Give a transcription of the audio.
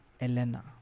Elena